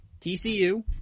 TCU